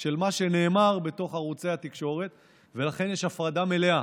מרפא ומורה.